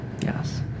Yes